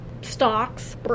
stocks